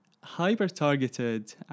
hyper-targeted